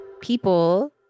people